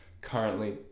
currently